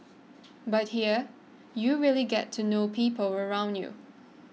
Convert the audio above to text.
but here you really get to know people around you